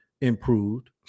Improved